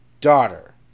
daughter